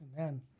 Amen